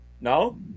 No